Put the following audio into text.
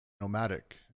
nomadic